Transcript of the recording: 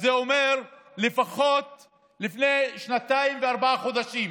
אז זה אומר שלפחות לפני שנתיים וארבעה חודשים